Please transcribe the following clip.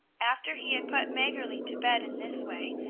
after he had put maggerli to bed in this way,